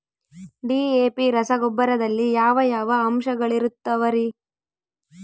DAP ರಸಗೊಬ್ಬರದಲ್ಲಿ ಯಾವ ಯಾವ ಅಂಶಗಳಿರುತ್ತವರಿ?